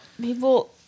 people